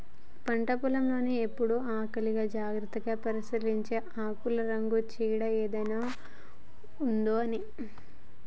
పంట పొలం లో ఎప్పుడు ఆకుల్ని జాగ్రత్తగా పరిశీలించాలె ఆకుల రంగు చీడ ఏదైనా ఉందొ అని